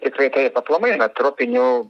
tikrai kaip aplamai tropinių